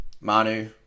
Manu